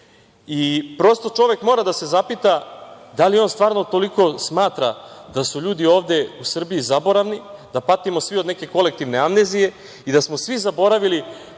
I prosto čovek mora da se zapita da li on stvarno toliko smatra da su ljudi ovde u Srbiji zaboravni, da patimo svi od neke kolektivne amnezije i da smo svi zaboravili